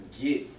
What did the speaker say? get